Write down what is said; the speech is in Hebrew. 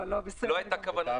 לא היתה כוונה.